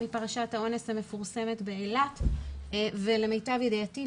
מפרשת האונס המפורסמת באילת ולמיטב ידיעתי,